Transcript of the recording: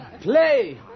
Play